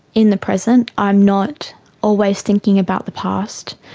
in the present, i'm not always thinking about the past,